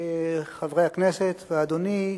חברי הכנסת ואדוני,